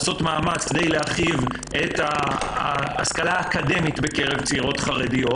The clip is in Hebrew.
לעשות מאמץ כדי להרחיב את ההשכלה האקדמית בקרב צעירות חרדיות.